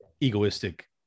egoistic